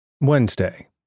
Wednesday